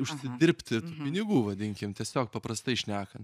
užsidirbti pinigų vadinkim tiesiog paprastai šnekant